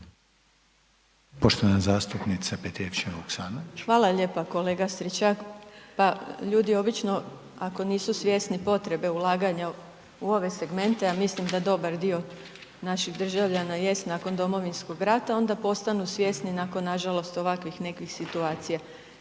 Vuksanović, Irena (HDZ)** Hvala lijepo kolega Stričak. Pa ljudi obično ako nisu svjesni potrebe ulaganja u ove segmente, a mislim da dobar dio naših državljana nakon Domovinskog rata, onda postanu svjesni nakon nažalost, ovakvih nekih situacija.